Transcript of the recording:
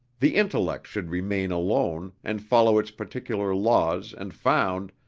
the intellect should remain alone and follow its particular laws and found,